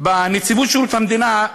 בנציבות שירות המדינה,